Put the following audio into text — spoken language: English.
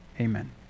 Amen